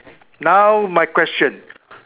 now my question